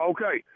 Okay